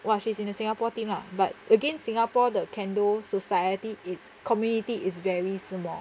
!wah! she's in the singapore team lah but again singapore the kendo society its community is very small